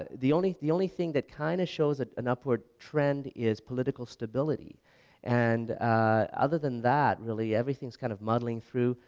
the only the only thing that kind of shows an upward trend is political stability and other than that really everything's kind of muddling through,